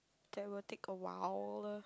that will take a while